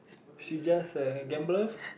she just uh gambler